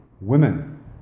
women